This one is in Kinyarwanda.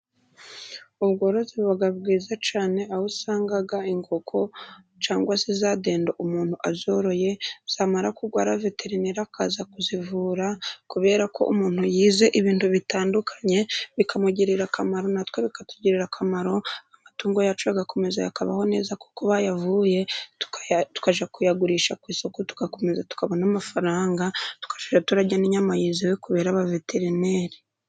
Ubworozi buba bwiza cyane, aho usanga inkoko cyangwa se zadendo umuntu azoroye, zamara kurwara veterineri akaza kuzivura kubera ko umuntu yize ibintu bitandukanye, bikamugirira akamaro natwe bikatugirira akamaro amatungo yacu agakomeza kubaho neza kuko bayavuye tukajya kuyagurisha ku isoko tugakomeza tukabona amafaranga twashora, tukarya n'inyama yizewe kubera ba veterineri.